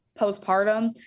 postpartum